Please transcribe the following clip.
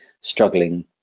struggling